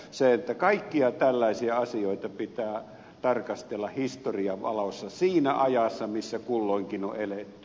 se että kaikkia tällaisia asioita pitää tarkastella historian valossa siinä ajassa missä kulloinkin on eletty